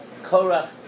Korach